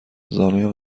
زانویم